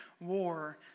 war